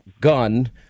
gun